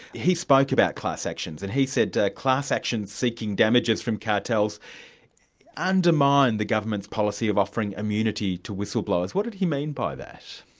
he spoke about class actions and he said class actions seeking damages from cartels undermine the government's policy of offering immunity to whistleblowers. what did he mean by that?